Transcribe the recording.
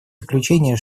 заключение